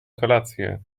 kolację